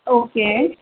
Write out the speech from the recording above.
okay